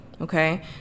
Okay